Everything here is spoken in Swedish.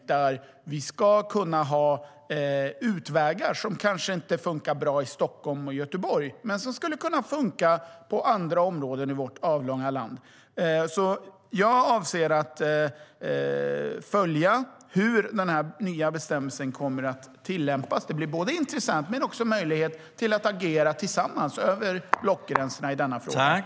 Vi ska kunna ha utvägar, som kanske inte funkar bra i Stockholm och Göteborg men som skulle kunna funka i andra områden i vårt avlånga land. Jag avser att följa hur den nya bestämmelsen kommer att tillämpas. Det blir intressant, och det blir möjlighet att agera tillsammans över blockgränserna i denna fråga.